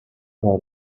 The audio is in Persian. کار